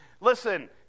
Listen